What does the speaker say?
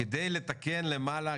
כדי לתקן למעלה,